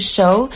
Show